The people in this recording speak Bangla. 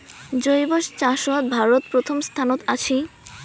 জৈব চাষত ভারত প্রথম স্থানত আছি